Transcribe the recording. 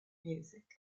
music